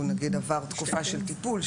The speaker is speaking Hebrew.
הוא נגיד עבר תקופה של טיפול,